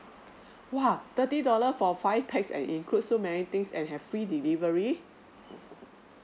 !whoa! thirty dollar for five pax and include so many things and have free delivery